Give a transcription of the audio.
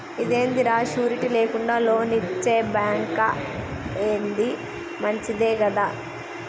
ఇదేందిరా, షూరిటీ లేకుండా లోన్లిచ్చే బాంకా, ఏంది మంచిదే గదా